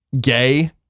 gay